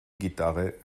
gitarre